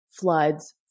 floods